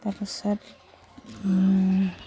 তাৰ পিছত